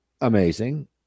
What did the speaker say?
Amazing